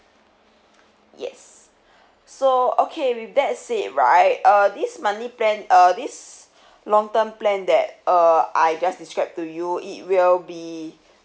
yes so okay with that said right uh this monthly plan uh this long term plan that err I just described to you it will be